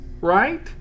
right